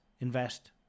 invest